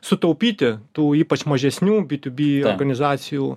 sutaupyti tų ypač mažesnių bitubi organizacijų